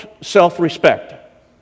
self-respect